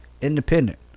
independent